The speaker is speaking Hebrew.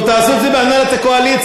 טוב, תעשו את זה בהנהלת הקואליציה.